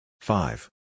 Five